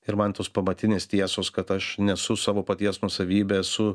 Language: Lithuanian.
ir man tos pamatinės tiesos kad aš nesu savo paties nuosavybė esu